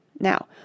Now